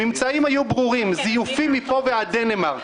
הממצאים היו ברורים, זיופים מפה ועד דנמרק.